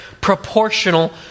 proportional